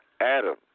Adam